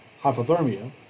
hypothermia